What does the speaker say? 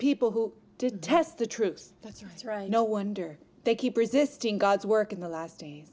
people who detest the truth that's right no wonder they keep resisting god's work in the last day